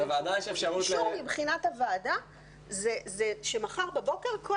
אישור מבחינת הוועדה זה שמחר בבוקר כל